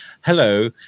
hello